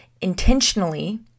intentionally